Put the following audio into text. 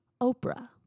Oprah